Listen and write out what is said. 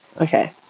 Okay